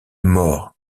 mort